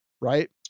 right